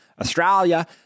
Australia